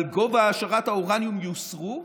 על גובה העשרת האורניום, יוסרו,